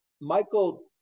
Michael